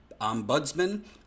ombudsman